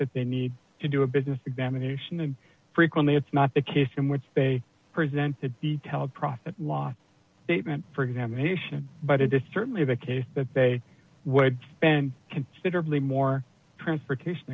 that they need to do a business examination and frequently it's not the case in which they present the detail of profit loss statement for examination but it is certainly the case that they would spend considerably more transportation